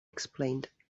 explained